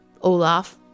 Olaf